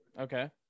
Okay